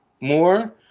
more